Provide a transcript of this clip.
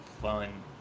fun